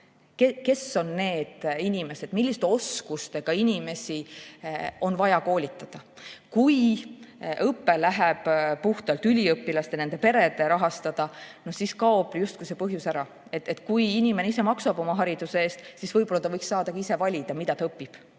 et riik saab määrata, milliste oskustega inimesi on vaja koolitada. Kui õpe läheb puhtalt üliõpilaste ja nende perede rahastada, siis kaob justkui see põhjus ära. Kui inimene ise maksab oma hariduse eest, siis võib-olla võiks ta ise saada ka valida, mida ta õpib.